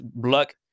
luck